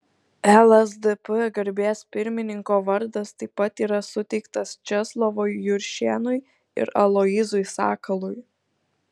lsdp garbės pirmininko vardas taip pat yra suteiktas česlovui juršėnui ir aloyzui sakalui